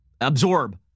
absorb